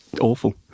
awful